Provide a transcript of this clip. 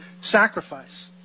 sacrifice